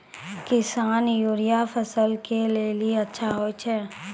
किसान यूरिया फसल के लेली अच्छा होय छै?